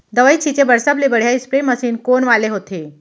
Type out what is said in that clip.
दवई छिंचे बर सबले बढ़िया स्प्रे मशीन कोन वाले होथे?